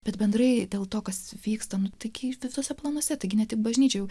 bet bendrai dėl to kas vyksta nu taigi visuose planuose taigi ne tik bažnyčioje